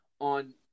on